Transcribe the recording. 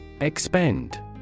Expend